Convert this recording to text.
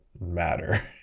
matter